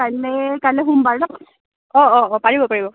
কাইলে কাইলে সোমবাৰ অঁ অঁ অঁ পাৰিব পাৰিব